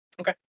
Okay